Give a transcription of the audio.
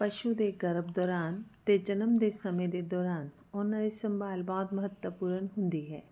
ਪਸ਼ੂ ਦੇ ਗਰਭ ਦੌਰਾਨ ਅਤੇ ਜਨਮ ਦੇ ਸਮੇਂ ਦੇ ਦੌਰਾਨ ਉਹਨਾਂ ਦੀ ਸੰਭਾਲ ਬਹੁਤ ਮਹੱਤਵਪੂਰਨ ਹੁੰਦੀ ਹੈ